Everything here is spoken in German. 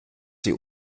sie